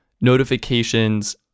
notifications